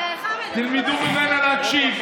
חמד, אני דורשת, תלמדו ממנה להקשיב.